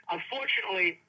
Unfortunately